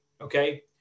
okay